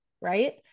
right